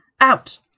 Out